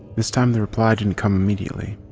this time the reply didn't come immediately.